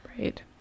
right